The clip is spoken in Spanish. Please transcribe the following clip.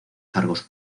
cargos